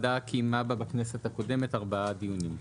בכנסת הקודמת הוועדה ניהלה 4 דיונים.